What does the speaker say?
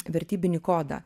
vertybinį kodą